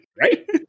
right